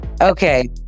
Okay